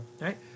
right